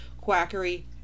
quackery